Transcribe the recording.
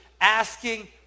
asking